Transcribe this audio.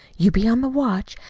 you be on the watch,